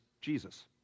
Jesus